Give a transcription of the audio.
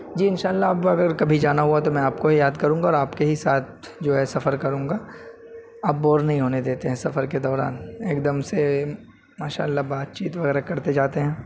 جی انشاء اللہ اب اگر کبھی جانا ہوا تو میں آپ کو ہی یاد کروں گا اور آپ کے ہی ساتھ جو ہے سفر کروں گا آپ بور نہیں ہونے دیتے ہیں سفر کے دوران ایک دم سے ماشاء اللہ بات چیت وغیرہ کرتے جاتے ہیں